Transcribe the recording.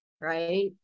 right